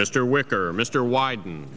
mr wicker mr wyden